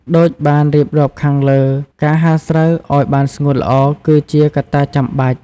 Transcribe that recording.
ដូចបានរៀបរាប់ខាងលើ ការហាលស្រូវឲ្យបានស្ងួតល្អ គឺជាកត្តាចាំបាច់។